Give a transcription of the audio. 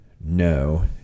no